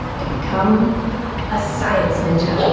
i become a science ninja.